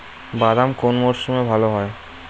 বাদাম কোন মরশুমে ভাল হয়?